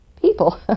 people